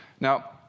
Now